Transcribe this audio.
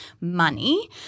money